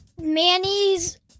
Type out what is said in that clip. Manny's